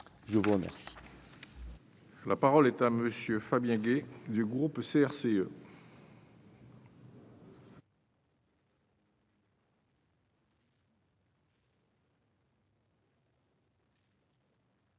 Je vous remercie,